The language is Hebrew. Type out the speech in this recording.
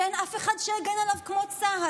שאין אף אחד שיגן עליו כמו צה"ל.